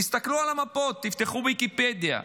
תסתכלו על המפות, תפתחו ויקיפדיה,